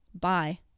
bye